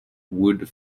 wood